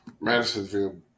Madisonville